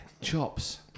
Chops